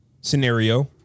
scenario